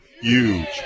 Huge